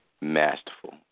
masterful